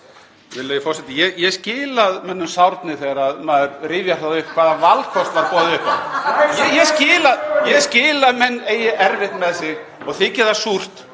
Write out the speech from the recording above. Ég skil að mönnum sárni þegar maður rifjar upp hvaða valkost var boðið upp á. Ég skil að menn eigi erfitt með sig og þyki það súrt